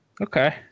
Okay